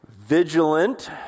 Vigilant